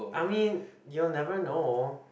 I mean you'll never know